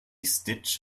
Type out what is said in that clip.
stitch